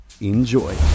Enjoy